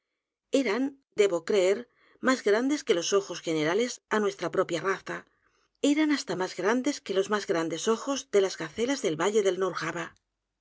eran debo creer más grandes que los ojos generales á nuestra propia raza eran hasta más grandes que los más grandes ojos de las gacelas del valle de